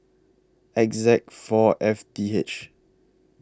X Z four F D H